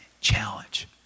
challenge